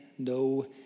No